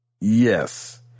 Yes